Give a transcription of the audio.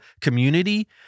community